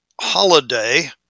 holiday